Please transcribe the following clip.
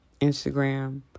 Instagram